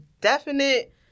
definite